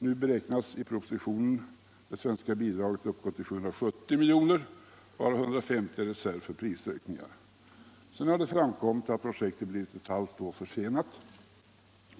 Nu beräknas i propositionen det svenska bidraget uppgå till 770 miljoner, varav 150 utgör reserv för prisökningar. Senare har framkommit att projektet blivit ett halvt år försenat.